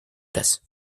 place